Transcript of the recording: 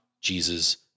Jesus